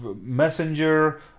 Messenger